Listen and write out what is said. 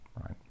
right